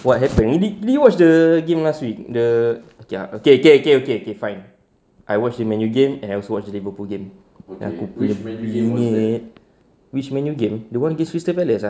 what happened did you watch the game last week the okay okay okay okay okay okay fine I watch the man U game and I also watch liverpool game aku punya bingit which man U game the one with crystal palace ah